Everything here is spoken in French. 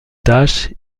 tâche